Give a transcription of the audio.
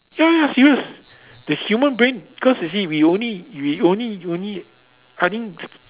ya ya serious the human brain cause you see we only we only only I think